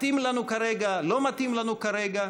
מתאים לנו כרגע או לא מתאים לנו כרגע?